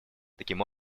таким